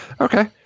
Okay